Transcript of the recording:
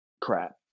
crap